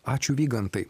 ačiū vygantai